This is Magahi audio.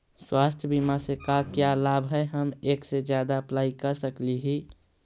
स्वास्थ्य बीमा से का क्या लाभ है हम एक से जादा अप्लाई कर सकली ही?